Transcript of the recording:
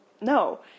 no